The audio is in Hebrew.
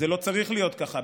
זה לא צריך להיות ככה.